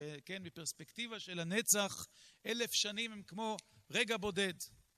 כן, בפרספקטיבה של הנצח, אלף שנים הם כמו רגע בודד.